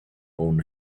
own